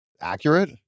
Accurate